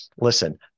listen